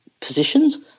positions